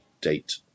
date